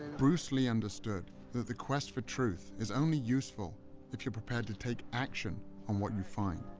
bruce lee understood that the quest for truth is only useful if you're prepared to take action on what you find.